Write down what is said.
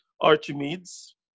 Archimedes